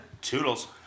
Toodles